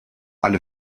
alle